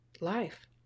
life